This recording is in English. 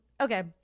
Okay